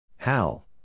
Hal